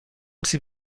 سیب